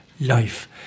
life